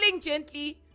gently